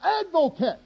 advocate